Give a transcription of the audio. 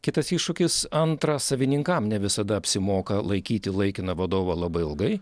kitas iššūkis antra savininkam ne visada apsimoka laikyti laikiną vadovą labai ilgai